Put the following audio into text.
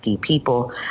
people